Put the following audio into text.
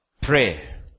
pray